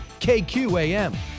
KQAM